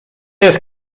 jest